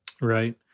Right